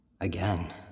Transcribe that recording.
Again